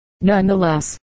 nonetheless